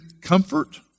comfort